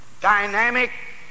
dynamic